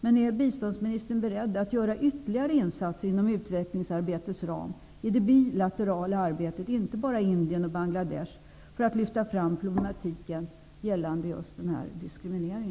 Men är biståndsministern beredd att göra ytterligare insatser inom utvecklingssamarbetets ram i det bilaterala arbetet, inte bara i Indien och Bangladesh, för att lyfta fram problemen som rör denna diskriminering?